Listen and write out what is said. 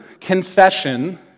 confession